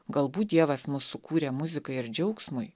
galbūt dievas mus sukūrė muzikai ir džiaugsmui